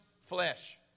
flesh